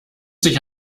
sich